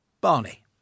Barney